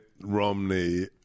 Romney